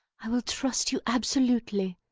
i will trust you absolutely.